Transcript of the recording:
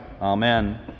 Amen